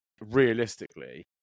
realistically